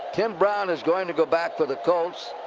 tim brown is going to go back for the colts.